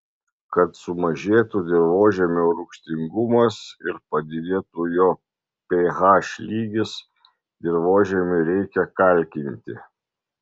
kad sumažėtų dirvožemio rūgštingumas ir padidėtų jo ph lygis dirvožemį reikia kalkinti